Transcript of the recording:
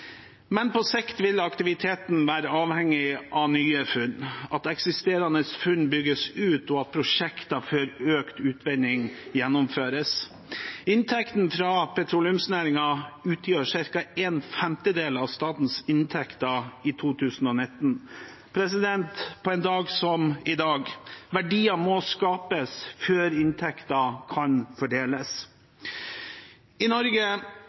Men på sikt vil aktiviteten være avhengig av nye funn, at eksisterende funn bygges ut, og at prosjekter for økt utvinning gjennomføres. Inntektene fra petroleumsnæringen utgjør cirka én femtedel av statens inntekter i 2019. På en dag som i dag: Verdier må skapes før inntekter kan fordeles. I Norge